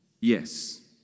Yes